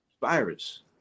Virus